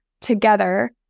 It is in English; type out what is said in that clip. together